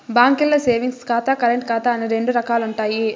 బాంకీల్ల సేవింగ్స్ ఖాతా, కరెంటు ఖాతా అని రెండు రకాలుండాయి